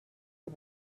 the